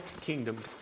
kingdom